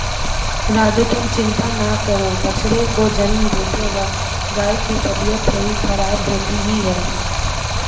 राजू तुम चिंता ना करो बछड़े को जन्म देते वक्त गाय की तबीयत थोड़ी खराब होती ही है